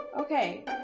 Okay